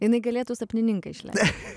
jinai galėtų sapnininką išleist